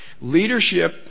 Leadership